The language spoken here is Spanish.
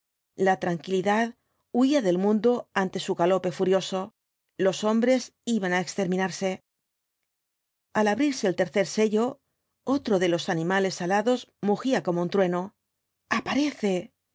la tranquilidad huía del mundo ante su galope furioso los hombres iban á exterminarse al abrirse el tercer sello otro de los animales alados mugía como un trueno aparece